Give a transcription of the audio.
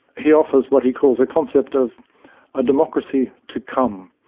he offers what he calls a concept of a democracy to come,